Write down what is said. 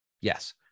Yes